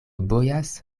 bojas